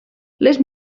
les